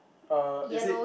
uh is it